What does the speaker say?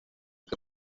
que